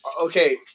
Okay